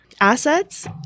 assets